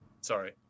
Sorry